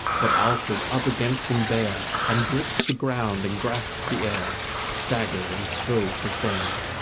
but alfred up against them bare and gripped the ground and grasped the air, staggered, and strove to stand.